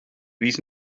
fis